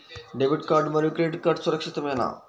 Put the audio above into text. Debit card మరియు credit card సురక్షితమేనా?